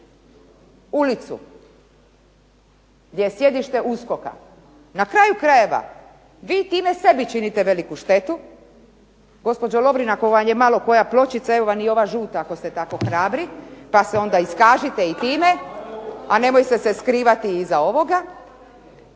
ulicu, gdje je sjedište USKOK-a. Na kraju krajeva vi time sebi činite veliku štetu, gospođo Lovrin ako vam je malo koja pločica evo vam i ova žuta ako ste tako hrabri pa se onda iskažite i time, a nemojte se skrivati iza ovoga.